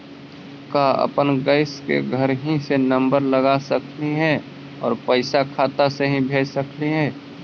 का अपन गैस के घरही से नम्बर लगा सकली हे और पैसा खाता से ही भेज सकली हे?